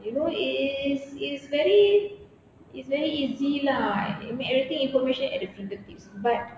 you know it's it's it's it's very it's very easy lah and everything information at the fingertips but